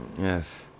Yes